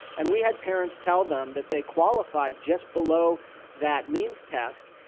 and we had parents tell them that they qualified just below that means test,